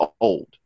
old